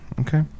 Okay